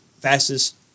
fastest-